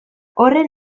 horren